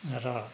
र